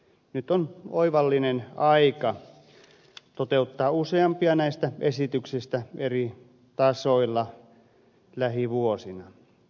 nyt on oivallinen aika toteuttaa useampia näistä esityksistä eri tasoilla lähivuosina